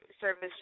service